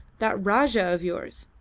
that rajah of yours.